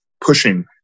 pushing